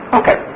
okay